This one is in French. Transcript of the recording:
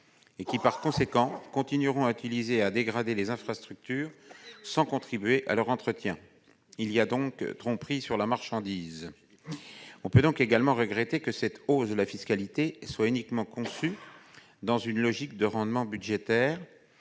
France. Par conséquent, ils continueront à utiliser et à dégrader les infrastructures sans contribuer à leur entretien. Il y a donc tromperie sur la marchandise. On peut également regretter que cette hausse de la fiscalité soit uniquement conçue dans une logique de rendement budgétaire